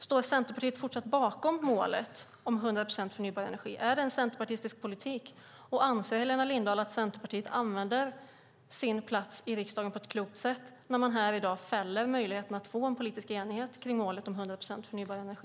Står Centerpartiet fortsatt bakom målet om 100 procent förnybar energi? Är det en centerpartistisk politik? Anser Helena Lindahl att Centerpartiet använder sin plats i riksdagen på ett klokt sätt när man här i dag fäller möjligheten att få politisk enighet för målet om 100 procent förnybar energi?